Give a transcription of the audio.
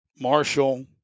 Marshall